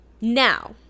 now